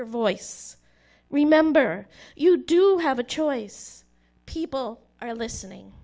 your voice remember you do have a choice people are listening